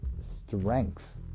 strength